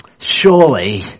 Surely